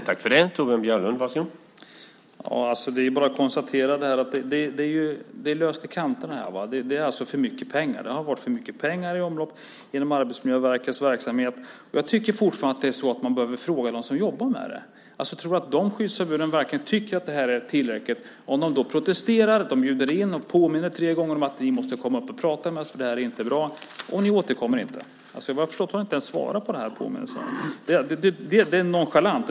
Herr talman! Det är bara att konstatera att det är löst i kanterna. Det är alltså för mycket pengar. Det har varit för mycket pengar i omlopp i Arbetsmiljöverkets verksamhet. Jag tycker fortfarande att man bör fråga dem som jobbar med det. Tror du att de skyddsombuden tycker att det är tillräckligt? De protesterar, de bjuder in, de påminner tre gånger om att ni måste komma och prata med dem för att det inte är bra. Ni återkommer inte. Ni har inte ens svarat på påminnelsen. Det är nonchalant.